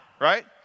Right